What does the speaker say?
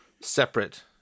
separate